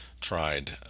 tried